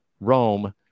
Rome